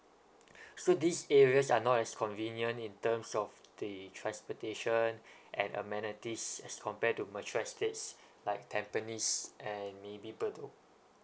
so these areas are not as convenient in terms of the transportation and amenities as compared to mature estates like tampines and maybe bedok